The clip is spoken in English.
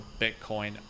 Bitcoin